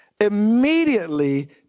immediately